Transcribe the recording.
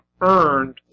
earned